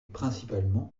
principalement